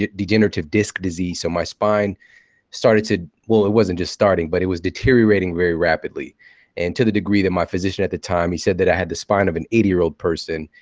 degenerative disc disease. so my spine started to well, it wasn't just starting, but it was deteriorating very rapidly and to the degree that my physician at the time, he said that i had the spine of an eighty year old person.